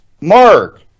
Mark